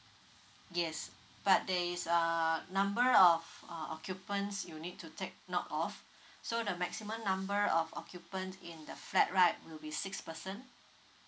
yes but there is um number of uh occupants you need to take note of so the maximum number of occupant in the flat right will be six person